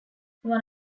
one